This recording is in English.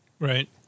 Right